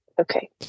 Okay